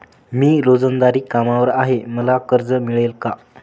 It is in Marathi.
मी रोजंदारी कामगार आहे मला कर्ज मिळेल का?